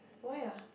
why ah